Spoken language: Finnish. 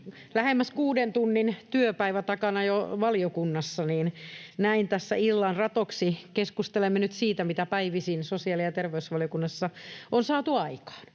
lähemmäs kuuden tunnin työpäivä takana valiokunnassa, niin näin tässä illan ratoksi keskustelemme nyt siitä, mitä päivisin sosiaali- ja terveysvaliokunnassa on saatu aikaan.